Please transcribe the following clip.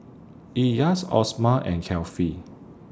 Elyas Osman and Kefli